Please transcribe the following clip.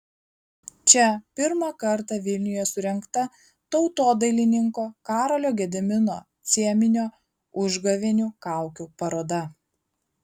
čia pirmą kartą vilniuje surengta tautodailininko karolio gedimino cieminio užgavėnių kaukių paroda